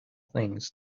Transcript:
things